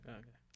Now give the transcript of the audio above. okay